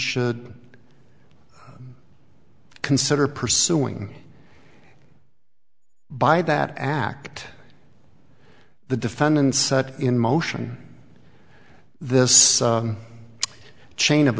should consider pursuing by that act the defendant set in motion this chain of